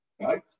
Right